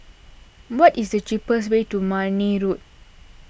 what is the cheapest way to Marne Road